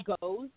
goes